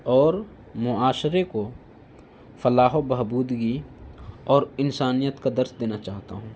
اور معاشرے کو فلاح و بہبودگی اور انسانیت کا درس دینا چاہتا ہوں